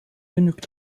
genügt